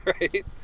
Right